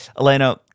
Elena